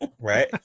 right